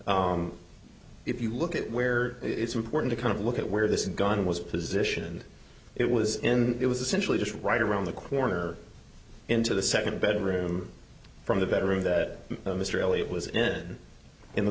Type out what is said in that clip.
if you look at where it's important to kind of look at where this gun was position and it was in it was essentially just right around the corner into the second bedroom from the bedroom that mr elliot was in in the